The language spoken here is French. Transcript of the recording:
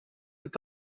est